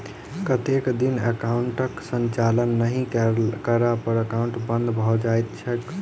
कतेक दिन एकाउंटक संचालन नहि करै पर एकाउन्ट बन्द भऽ जाइत छैक?